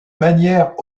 manière